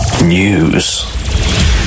News